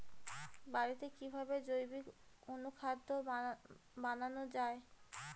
বাড়িতে কিভাবে জৈবিক অনুখাদ্য বানানো যায়?